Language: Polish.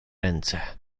ręce